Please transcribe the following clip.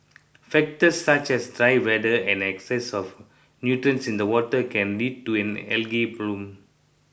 factors such as the dry weather and an excess of nutrients in the water can lead to an algae bloom